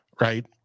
right